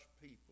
people